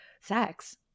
sex